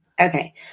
okay